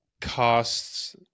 costs